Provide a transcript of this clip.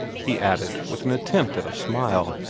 he added, with an attempt at a smile.